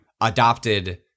adopted